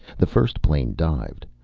the first plane dived.